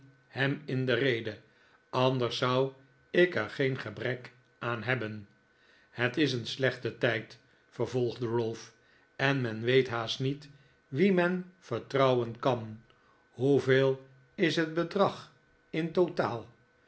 hem in de rede anders zou ik er geen gebrek aan hebben het is een slechte tijd vervolgde ralph en men weet haast niet wien men vertrouwen kari hoeveel is het bedrag in totaal